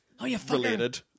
related